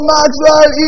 Maxwell